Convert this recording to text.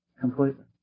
Completely